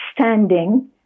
standing